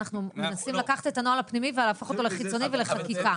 אנחנו מנסים לקחת את הנוהל הפנימי ולהפוך אותו לחיצוני ולחקיקה.